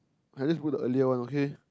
at least book earlier one okay